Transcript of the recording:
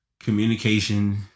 Communication